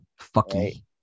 fucky